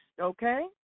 okay